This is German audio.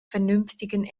vernünftigen